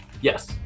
Yes